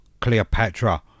Cleopatra